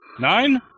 Nine